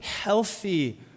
healthy